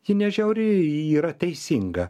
ji ne žiauri ji yra teisinga